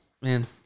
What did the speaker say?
Man